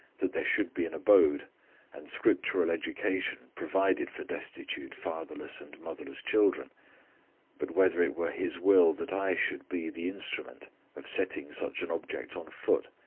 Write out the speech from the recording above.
that there should be an abode and scriptural education provided for destitute fatherless and motherless children but whether it were his will that i should be the instrument of setting such an object on foot,